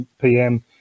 pm